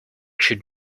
should